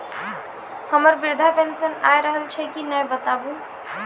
हमर वृद्धा पेंशन आय रहल छै कि नैय बताबू?